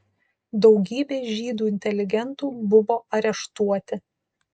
daugybė žydų inteligentų buvo areštuoti